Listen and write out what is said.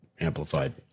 amplified